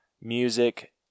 music